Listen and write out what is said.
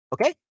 Okay